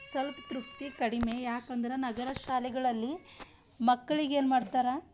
ಸ್ವಲ್ಪ ತೃಪ್ತಿ ಕಡಿಮೆ ಯಾಕಂದರೆ ನಗರ ಶಾಲೆಗಳಲ್ಲಿ ಮಕ್ಕ್ಳಿಗೆ ಏನ್ಮಾಡ್ತಾರ